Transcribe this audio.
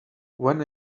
when